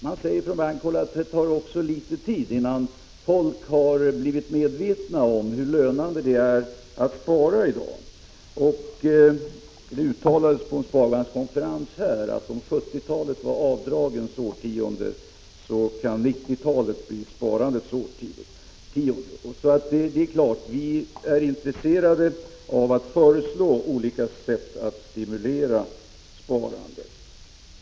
Man säger från bankhåll att det tar tid innan folk har blivit medvetna om hur lönande det är att spara i dag. Det uttalades på en sparbankskonferens att om 1970-talet var avdragens årtionde, kan 1990-talet bli sparandets årtionde. Vi är naturligtvis intresserade av att på olika sätt stimulera sparande.